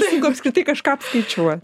sunku apskritai kažką apskaičiuot